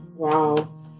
Wow